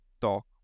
talk